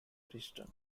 preston